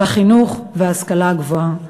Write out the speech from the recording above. של החינוך וההשכלה הגבוהה,